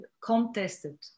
contested